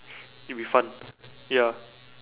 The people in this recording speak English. it'll be fun ya